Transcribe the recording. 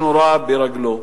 שנורה ברגלו.